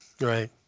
Right